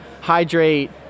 hydrate